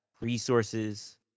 resources